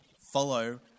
follow